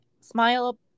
smile